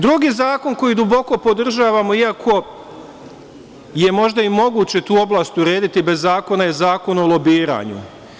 Drugi zakon koji podržavamo, iako je možda moguće tu oblast i urediti, bez zakona, jeste Zakon o lobiranju.